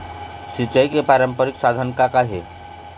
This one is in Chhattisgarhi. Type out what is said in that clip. सिचाई के पारंपरिक साधन का का हे?